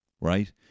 right